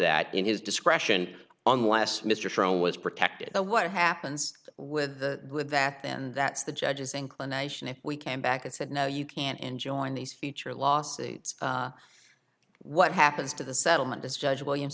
that in his discretion on less mr sharon was protected by what happens with the with that then that's the judge's inclination if we came back and said no you can't enjoin these feature lawsuits what happens to the settlement this judge williams